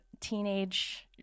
teenage